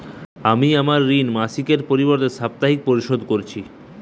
আমি আমার ঋণ মাসিকের পরিবর্তে সাপ্তাহিক পরিশোধ করছি